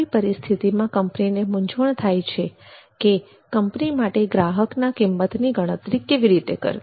આવી પરિસ્થિતીમાં કંપનીને મૂંઝવણ થાય છે કે કંપની માટે ગ્રાહકની કિંમતની ગણતરી કેવી રીતે કરવી